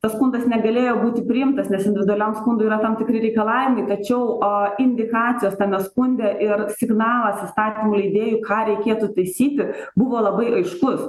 tas skundas negalėjo būti priimtas nes individualiam skundui yra tam tikri reikalavimai tačiau a indikacijas tame skunde ir signalas įstatymų leidėjui ką reikėtų taisyti buvo labai aiškus